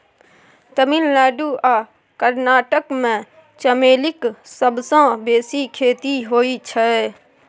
तमिलनाडु आ कर्नाटक मे चमेलीक सबसँ बेसी खेती होइ छै